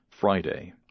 Friday